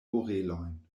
orelojn